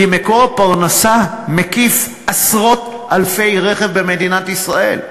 כי מקור הפרנסה מקיף עשרות-אלפי כלי רכב במדינת ישראל,